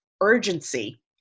urgency